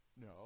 No